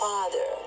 Father